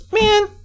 man